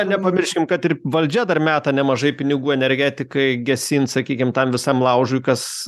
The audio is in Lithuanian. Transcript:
nepamirškim kad ir valdžia dar meta nemažai pinigų energetikai gesint sakykim tam visam laužui kas